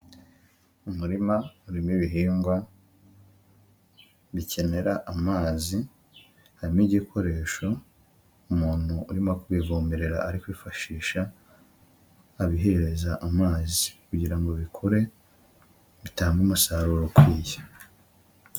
Umurima urimo ibihingwa bikenera amazi, harimo igikoresho umuntu urimo kubivomerera ari kwifashisha, abihereza amazi. Kugira ngo bikure, bitange umusaruro ukwiye.